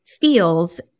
feels